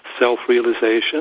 self-realization